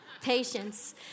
Patience